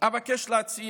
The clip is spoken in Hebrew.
אבקש להציע